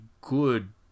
good